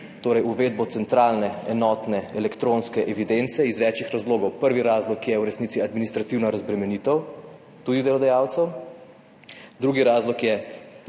torej uvedbo centralne enotne elektronske evidence iz več razlogov. Prvi razlog je v resnici administrativna razbremenitev, tudi delodajalcev. Drugi razlog je